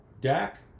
Dak